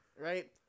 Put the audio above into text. right